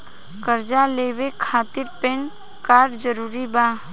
कर्जा लेवे खातिर पैन कार्ड जरूरी बा?